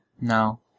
No